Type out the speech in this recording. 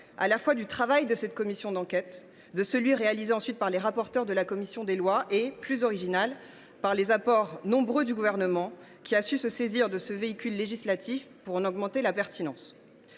à la fois du travail de cette commission d’enquête, de celui réalisé ensuite par les rapporteurs de la commission des lois et, de manière plus originale, des apports nombreux du Gouvernement, qui a su se saisir de ce véhicule législatif pour en renforcer la pertinence.